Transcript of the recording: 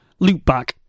Loopback